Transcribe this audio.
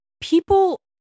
People